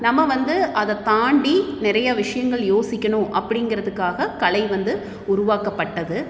நம்ம வந்து அதை தாண்டி நிறைய விஷயங்கள் யோசிக்கணும் அப்படிங்கிறதுக்காக கலை வந்து உருவாக்கப்பட்டது